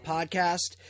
Podcast